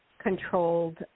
controlled